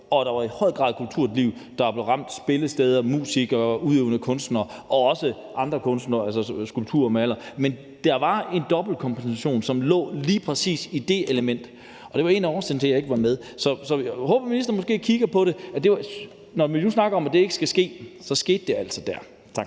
Der var i høj grad et kulturliv, der blev ramt. Det var spillesteder, musikere, udøvende kunstnere og også andre kunstnere som skulptører og malere. Men der var en dobbeltkompensation, som lå lige præcis i det element, og det var en af årsagerne til, at jeg ikke var med. Så jeg håber, at ministeren måske kigger på det. Når vi nu snakker om, at det ikke skal ske, så skete det altså dér. Tak.